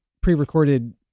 pre-recorded